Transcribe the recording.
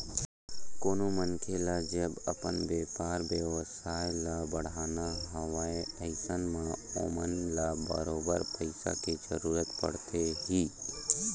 कोनो मनखे ल जब अपन बेपार बेवसाय ल बड़हाना हवय अइसन म ओमन ल बरोबर पइसा के जरुरत पड़थे ही